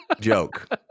joke